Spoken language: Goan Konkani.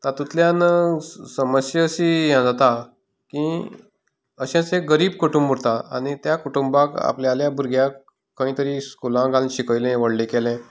तातूंतल्यान समस्या अशी हें जाता की अशेंच एक गरीब कुटुंब उरता आनी त्या कुटुंबाक आपल्याल्या भुरग्याक खंयतरी स्कुला घालन शिकयलें व्हडलें केलें